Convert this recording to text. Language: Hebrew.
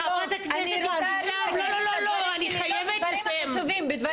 אני חייבת לסיים.